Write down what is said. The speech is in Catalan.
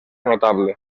notable